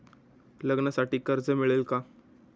लग्नासाठी कर्ज मिळेल का?